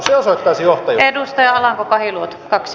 se osoittaisi johtajuutta